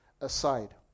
aside